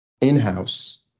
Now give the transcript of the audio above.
in-house